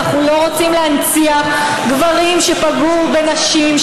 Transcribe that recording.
אנחנו לא רוצים להנציח גברים שפגעו בנשים,